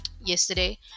yesterday